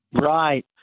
Right